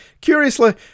Curiously